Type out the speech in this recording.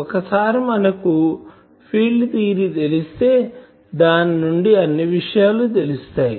ఒకసారి మనకు field theory తెలిస్తే దానినుండి అన్ని విషయాలు తెలుస్తాయి